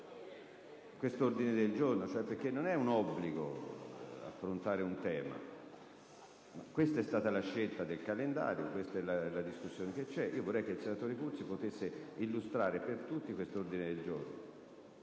questo ordine del giorno o no? Perché non è un obbligo, come se si dovesse fare un tema. Questa è stata la scelta definita nel calendario, questa è la discussione che c'è. Vorrei che il senatore Cursi potesse illustrare per tutti questo ordine del giorno.